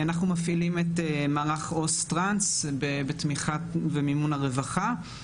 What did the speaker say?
אנחנו מפעילים את מערך עו"ס טרנס בתמיכת ומימון הרווחה.